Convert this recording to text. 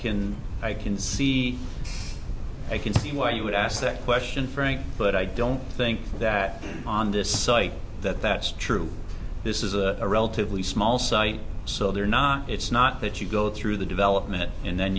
can i can see i can see why you would ask that question frank but i don't think that on this site that that's true this is a relatively small site so they're not it's not that you go through the development and then